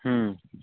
हूँ